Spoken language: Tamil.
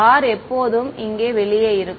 r எப்போதும் இங்கே வெளியே இருக்கும்